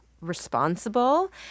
responsible